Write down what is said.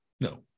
No